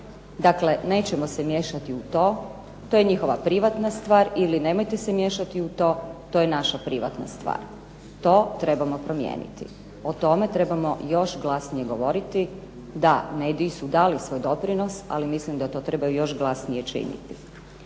Dakle nećemo se miješati u to, to je njihova privatna stvar ili nemojte se miješati u to, to je naša privatna stvar. To trebamo promijeniti. O tome trebamo još glasnije govoriti. Da, mediji su dali svoj doprinos, ali mislim da to trebaju još glasnije činiti.